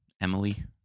Emily